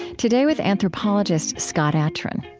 today with anthropologist scott atran.